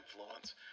influence